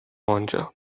آنجا